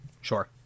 Sure